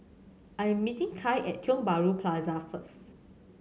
I am meeting Kai at Tiong Bahru Plaza first